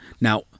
Now